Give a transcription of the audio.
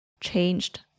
changed